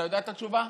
אתה יודע את התשובה?